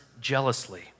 jealously